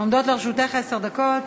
עומדות לרשותך עשר דקות.